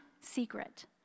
secret